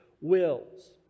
wills